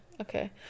Okay